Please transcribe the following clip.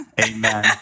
Amen